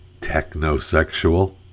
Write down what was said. technosexual